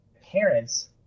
Parents